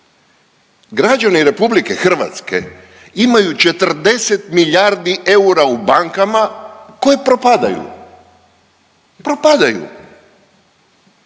građani RH imaju 40 milijardi eura u bankama koje propadaju, propadaju.